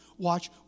Watch